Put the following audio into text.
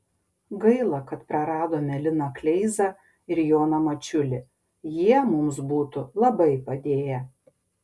gaila kad praradome liną kleizą ir joną mačiulį jie mums būtų labai padėję